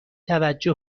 توجه